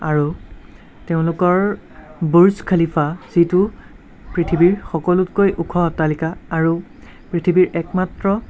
আৰু তেওঁলোকৰ Burj Khalifa যিটো পৃথিৱীৰ সকলোতকৈ ওখ অট্টালিকা আৰু পৃথিৱীৰ একমাত্ৰ